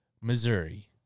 Missouri